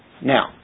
Now